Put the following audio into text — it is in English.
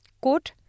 Quote